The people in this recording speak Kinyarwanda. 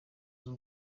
z’u